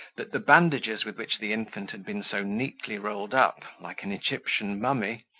that the bandages with which the infant had been so neatly rolled up, like an egyptian mummy,